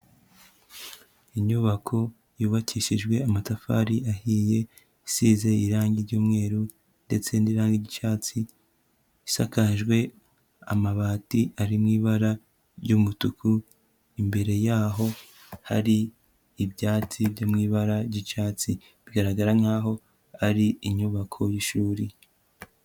Inyubako yubakishijwe amatafari ahiye isize irangi ry'umweru, ndetse n'irangi ry'icyatsi, isakajwe amabati ari mu ibara ry'umutuku, imbere yaho hari ibyatsi byo mu ibara ry'icyatsi, bigaragara nkaho ari inyubako y'ishuri.